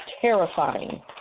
terrifying